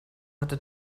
hatte